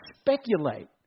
speculate